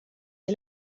you